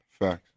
Facts